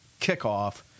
kickoff